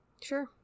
Sure